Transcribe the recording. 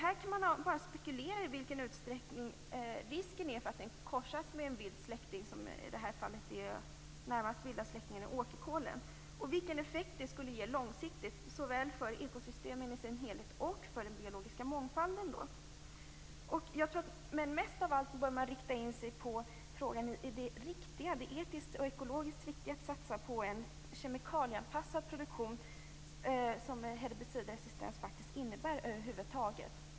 Man kan bara spekulera i vilken risken är för att den korsas med en vild släkting - i detta fall är närmaste vilda släkting åkerkålen - och vilken effekt det skulle ge långsiktigt såväl för ekosystemet i sin helhet som för den biologiska mångfalden. Mest av allt bör man rikta in sig på frågan om det är etiskt och ekologiskt riktigt att satsa på en kemikalieanpassad produktion över huvud taget. Det är faktiskt det herbicidresistens innebär.